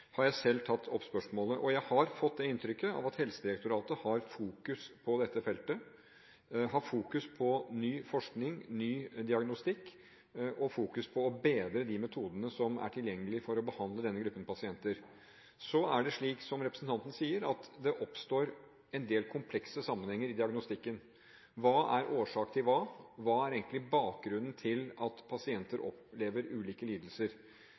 selv tatt opp spørsmålet. Jeg har fått det inntrykket at Helsedirektoratet har fokus på dette feltet, har fokus på ny forskning og ny diagnostikk og fokus på å bedre de metodene som er tilgjengelige for å behandle denne gruppen pasienter. Så er det slik som representanten sier, at det oppstår en del komplekse sammenhenger i diagnostikken – hva er årsak til hva, hva er egentlig bakgrunnen for at pasienter opplever ulike lidelser?